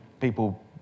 people